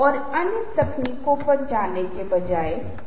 इसलिए ये अन्य रणनीतियाँ हैं जिनकी चर्चा हम बाद के समय में करेंगे